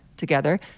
together